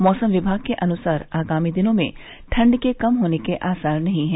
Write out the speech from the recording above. मौसम विभाग के अनुसार आगामी दिनों में ठंड के कम होने के आसार नहीं हैं